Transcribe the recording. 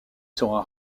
sera